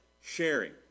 sharing